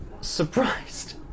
surprised